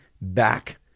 back